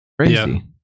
crazy